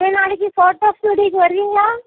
சரி நாளைக்கு ஃபோட்டோ ஸ்டுடியோவுக்கு வருவீங்களா